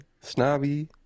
snobby